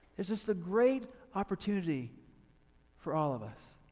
it's just a great opportunity for all of us.